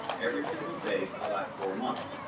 every single day for the last four months.